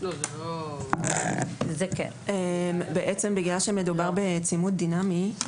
בגלל שמדובר בצימוד דינמי,